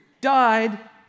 died